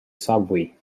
subway